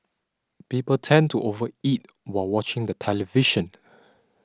people tend to over eat while watching the television